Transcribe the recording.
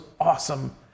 awesome